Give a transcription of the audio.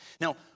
Now